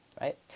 right